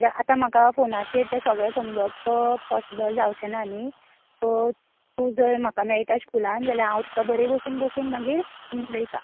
किद्या आतां म्हाका फोनाचेर तें सगळें समजवप पॉसिबल जावचेना नी सो तूं जर म्हाका मेळटा स्कूलान जाल्या हांव तुका बरें भशेन बसोन मागीर समजयता